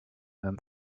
them